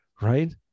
right